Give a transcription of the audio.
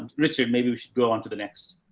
richard, maybe we should go onto the next,